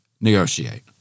negotiate